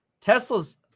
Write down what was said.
Tesla's